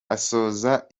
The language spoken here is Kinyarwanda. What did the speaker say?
asoza